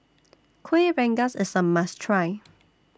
Kuih Rengas IS A must Try